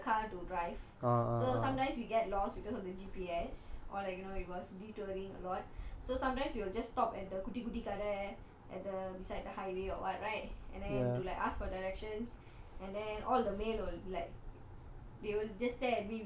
oh ya we rent a car to drive so sometimes we get lost because of the G_P_S or like you know we was detouring a lot so sometimes you will just stop at the குட்டி குட்டி கதை:kutti kutti kadhai at the beside the highway or [what] right and then to like ask for directions and then all the male will like